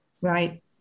right